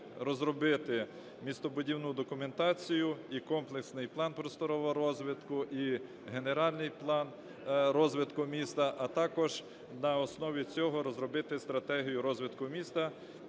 розробити містобудівну документацію і комплексний план просторового розвитку, і генеральний план розвитку міста, а також на основі цього розробити стратегію розвитку міста,